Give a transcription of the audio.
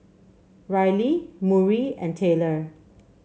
Riley Murry and Taylor